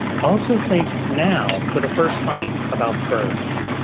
also think now for the first time about birds,